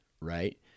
Right